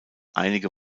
einige